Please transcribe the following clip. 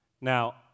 Now